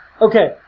Okay